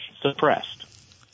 suppressed